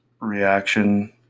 reaction